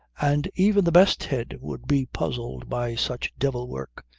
and even the best head would be puzzled by such devil-work,